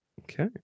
okay